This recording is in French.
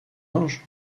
ange